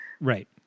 right